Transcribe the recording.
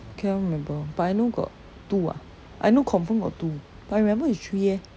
cannot remember but I know got two ah I know confirm got two but I remember is three eh